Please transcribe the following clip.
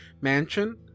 mansion